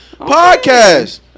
podcast